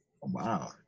Wow